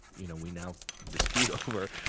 you know we now dispute over,